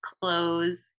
clothes